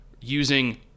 using